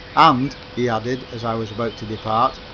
and, he added, as i was about to depart,